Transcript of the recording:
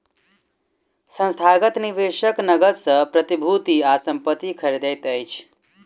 संस्थागत निवेशक नकद सॅ प्रतिभूति आ संपत्ति खरीदैत अछि